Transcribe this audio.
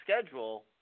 schedule